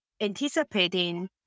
anticipating